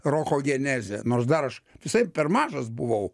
roko genezė nors dar aš visai per mažas buvau